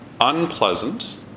unpleasant